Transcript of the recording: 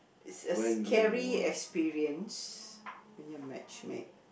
is a scary experience when you're matchmake